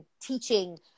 teaching